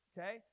Okay